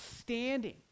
standing